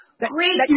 Great